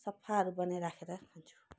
सफाहरू बनाइराखेर खान्छु